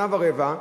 שנה ורבע,